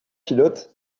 pilote